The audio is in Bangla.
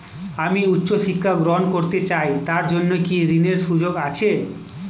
আমি উচ্চ শিক্ষা গ্রহণ করতে চাই তার জন্য কি ঋনের সুযোগ আছে?